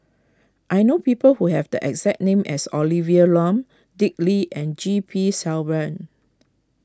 I know people who have the exact name as Olivia Lum Dick Lee and G P Selvam